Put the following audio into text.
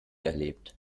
erlebt